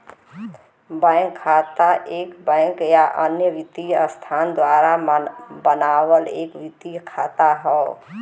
bank खाता एक bank या अन्य वित्तीय संस्थान द्वारा बनावल एक वित्तीय खाता हौ